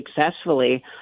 successfully